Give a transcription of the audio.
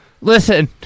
listen